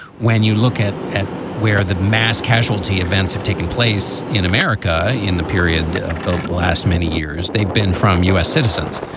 when you look at at where the mass casualty events have taken place in america in the period of the last many years, they've been from u s. citizens.